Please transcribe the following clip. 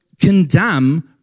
condemn